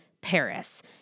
Paris